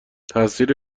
تاثیر